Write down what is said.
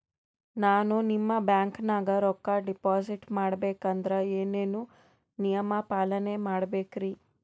ನಾನು ನಿಮ್ಮ ಬ್ಯಾಂಕನಾಗ ರೊಕ್ಕಾ ಡಿಪಾಜಿಟ್ ಮಾಡ ಬೇಕಂದ್ರ ಏನೇನು ನಿಯಮ ಪಾಲನೇ ಮಾಡ್ಬೇಕ್ರಿ?